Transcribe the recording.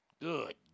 Good